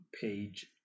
page